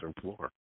floor